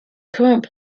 current